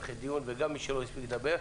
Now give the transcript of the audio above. נייחד דיון גם למי שלא הספיק לדבר.